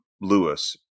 Lewis